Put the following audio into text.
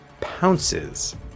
pounces